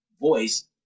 voice